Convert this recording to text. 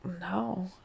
No